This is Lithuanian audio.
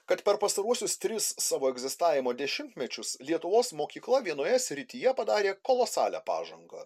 kad per pastaruosius tris savo egzistavimo dešimtmečius lietuvos mokykla vienoje srityje padarė kolosalią pažangą